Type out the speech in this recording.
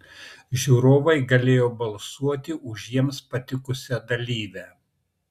žiūrovai galėjo balsuoti už jiems patikusią dalyvę